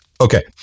Okay